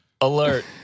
Alert